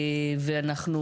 ואנחנו